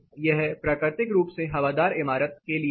यह प्राकृतिक रूप से हवादार इमारत के लिए है